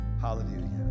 Hallelujah